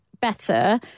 better